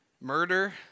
murder